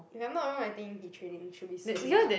if I'm not wrong I think he training should be soon bah